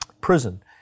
prison